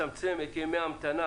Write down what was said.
הוועדה קוראת לצמצם את ימי ההמתנה